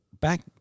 back